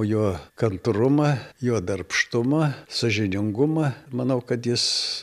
jo kantrumą jo darbštumą sąžiningumą manau kad jis